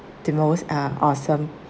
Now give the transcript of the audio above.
the most uh awesome